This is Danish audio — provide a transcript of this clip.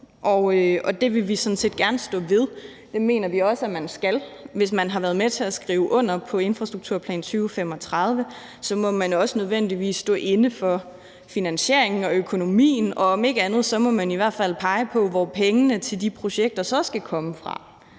set gerne stå ved. Det mener vi også at man skal. Hvis man har været med til at skrive under på »Aftale om Infrastrukturplan 2035«, må man også nødvendigvis stå inde for finansieringen og økonomien – om ikke andet må man i hvert fald pege på, hvor pengene til de projekter så skal komme fra.